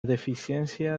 deficiencia